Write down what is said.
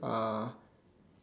uh